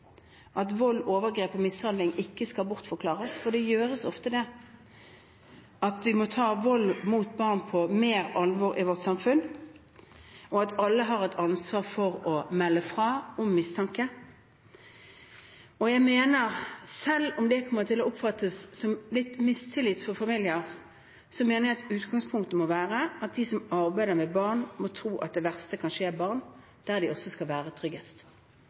at vold, overgrep og mishandling ikke skal bortforklares – det gjøres ofte. Vi må ta vold mot barn på større alvor i vårt samfunn, og alle har et ansvar for å melde fra om mistanke. Jeg mener, selv om det kommer til å bli oppfattet som litt mistillit til familier, at utgangspunktet må være at de som arbeider med barn, må tro at det verste kan skje barn der de også skal være tryggest.